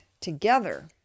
together